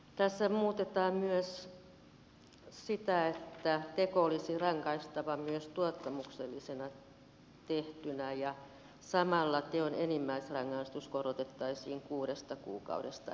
tässä muutetaan tätä myös niin että teko olisi rangaistava myös tuottamuksellisesti tehtynä ja samalla teon enimmäisrangaistus korotettaisiin kuudesta kuukaudesta yhteen vuoteen